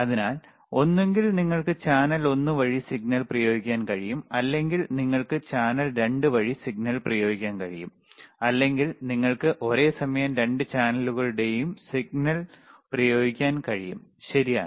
അതിനാൽ ഒന്നുകിൽ നിങ്ങൾക്ക് ചാനൽ ഒന്ന് വഴി സിഗ്നൽ പ്രയോഗിക്കാൻ കഴിയും അല്ലെങ്കിൽ നിങ്ങൾക്ക് ചാനൽ 2 വഴി സിഗ്നൽ പ്രയോഗിക്കാൻ കഴിയും അല്ലെങ്കിൽ നിങ്ങൾക്ക് ഒരേസമയം രണ്ട് ചാനലുകളിലൂടെയും സിഗ്നൽ പ്രയോഗിക്കാൻ കഴിയും ശരിയാണ്